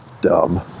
Dumb